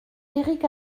éric